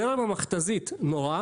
זרם המכת"זית נורה,